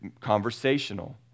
conversational